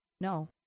no